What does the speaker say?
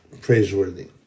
praiseworthy